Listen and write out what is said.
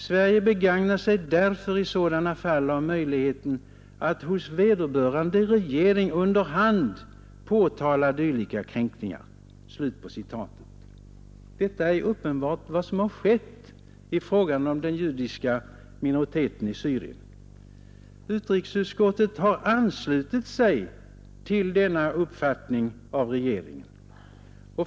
Sverige begagnar sig därför i sådana fall av möjligheten att hos vederbörande regering under hand påtala dylika kränkningar.” Detta är uppenbarligen vad som har skett i fråga om den judiska minoriteten i Syrien. Utrikesutskottet ansluter sig till denna regeringens uppfattning.